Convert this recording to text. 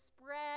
spread